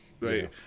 right